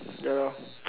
ya